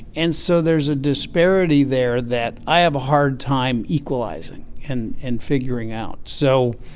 and so there's a disparity there that i have a hard time equalizing and and figuring out. so,